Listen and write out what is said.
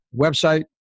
website